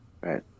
right